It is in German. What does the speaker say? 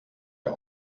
der